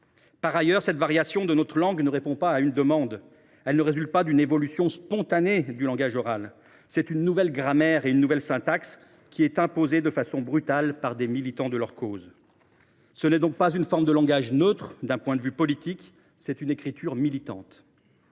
Par ailleurs, cette variation de notre langue ne répond pas à une demande et ne résulte pas d’une évolution spontanée du langage oral. C’est une nouvelle grammaire et une nouvelle syntaxe imposées de façon brutale par les militants de cette cause. Ce n’est donc pas une forme de langage neutre d’un point de vue politique : c’est une écriture militante.